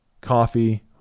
coffee